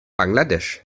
bangladesch